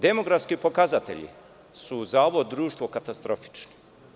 Demografskipokazatelji su za ovo društvo katastrofični.